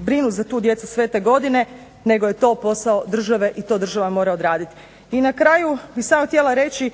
brinu za tu djecu sve te godine, nego je to posao države i to država mora odraditi. I na kraju bi samo htjela reći